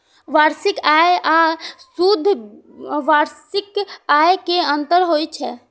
वार्षिक आय आ शुद्ध वार्षिक आय मे अंतर होइ छै